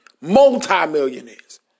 Multi-millionaires